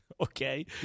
okay